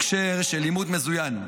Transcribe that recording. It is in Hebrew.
הקשר של עימות מזוין,